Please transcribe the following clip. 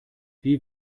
wie